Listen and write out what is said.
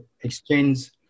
exchange